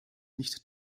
nicht